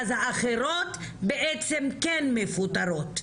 אז האחרות בעצם כן מפוטרות?